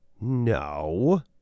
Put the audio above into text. no